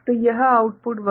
तो यह आउटपुट 1 होगा